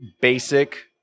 basic